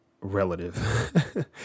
relative